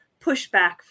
pushback